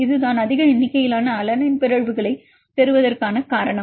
இதுதான் அதிக எண்ணிக்கையிலான அலனைன் பிறழ்வுகளைப் பெறுவதற்கான காரணம்